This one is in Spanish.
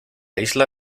isla